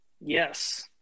Yes